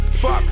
Fuck